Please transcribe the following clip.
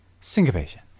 syncopation